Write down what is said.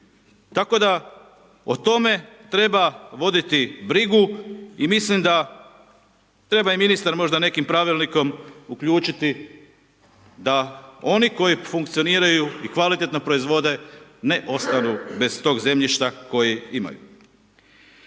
Tako da o tome treba voditi brigu i mislim da treba i ministar možda nekim pravilnikom uključiti da oni koji funkcioniraju i kvalitetno proizvode, ne ostanu bez tog zemljišta koje imaju.